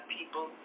people